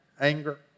anger